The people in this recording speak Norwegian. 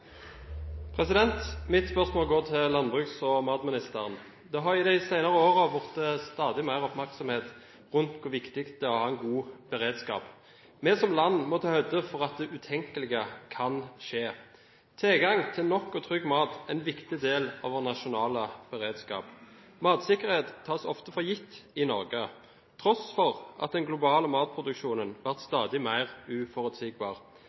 matministeren. Det har i de senere årene vært stadig mer oppmerksomhet rundt hvor viktig det er å ha en god beredskap. Vi som land må ta høyde for at det utenkelige kan skje. Tilgang til nok og trygg mat er en viktig del av vår nasjonale beredskap. I Norge tas matsikkerhet ofte for gitt, til tross for at den globale matproduksjonen blir stadig mer uforutsigbar.